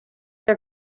are